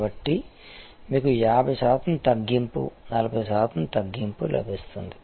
కాబట్టి మీకు 50 శాతం తగ్గింపు 40 శాతం తగ్గింపు లభిస్తుంది